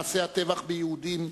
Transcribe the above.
מעשי הטבח ביהודים,